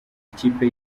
ikipe